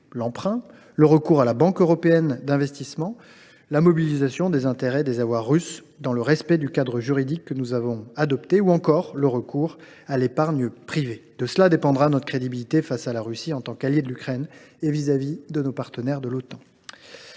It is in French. l’emprunt, le recours à la Banque européenne d’investissement (BEI), la mobilisation des intérêts des avoirs russes, dans le respect du cadre juridique que nous avons adopté, ou encore le recours à l’épargne privée. De cela dépendra notre crédibilité face à la Russie en tant qu’alliés de l’Ukraine et vis à vis de nos partenaires de l’Otan.